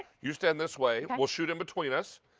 you stand this way. we'll shoot in between us.